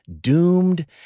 doomed